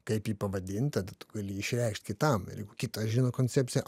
kaip jį pavadint tada tu gali išreikšt kitam ir jeigu kitas žino koncepciją